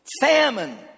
famine